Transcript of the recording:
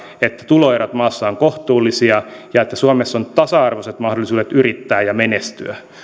että tuloerot maassa ovat kohtuullisia ja että suomessa on tasa arvoiset mahdollisuudet yrittää ja menestyä